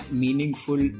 meaningful